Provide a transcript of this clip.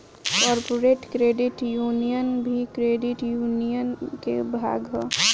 corporate credit union भी credit union के भाग ह